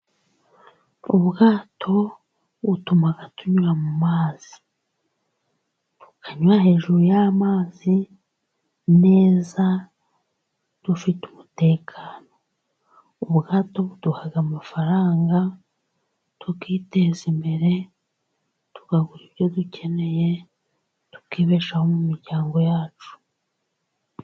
Ubwato butuma tunyura mu mazi. Tukanyura hejuru y'amazi neza dufite umutekano. Ubwato buduha amafaranga tukiteza imbere, tukagura ibyo dukeneye tukibeshaho mu miryango yacu.